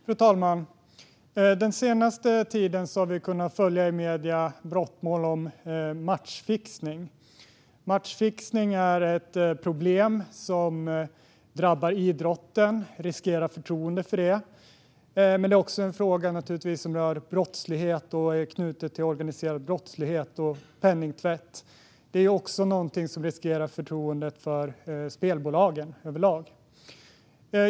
Fru talman! Den senaste tiden har vi i medierna kunna följa brottmål om matchfixning. Matchfixning är ett problem som drabbar idrotten och riskerar förtroendet för idrotten. Det är naturligtvis också en fråga som rör brottslighet och är knuten till organiserad brottslighet och penningtvätt. Det är också någonting som riskerar förtroendet för spelbolagen överlag.